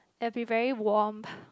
and be very warmed